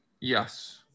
Yes